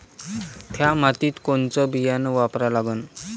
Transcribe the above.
थ्या मातीत कोनचं बियानं वापरा लागन?